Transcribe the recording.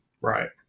Right